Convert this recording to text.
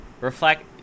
Reflect